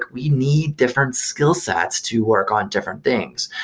we need different skillsets to work on different things.